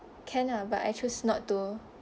can lah but I choose not to